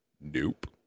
Nope